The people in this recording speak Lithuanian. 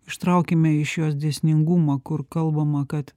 ištraukime iš jos dėsningumą kur kalbama kad